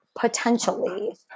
Potentially